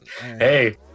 Hey